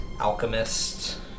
alchemist